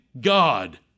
God